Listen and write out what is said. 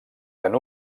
tant